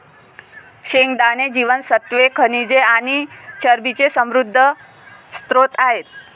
शेंगदाणे जीवनसत्त्वे, खनिजे आणि चरबीचे समृद्ध स्त्रोत आहेत